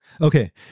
Okay